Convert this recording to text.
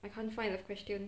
I can't find a question